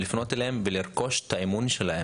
לפנות אליהם ולרכוש את אמונם,